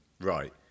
right